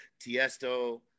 Tiesto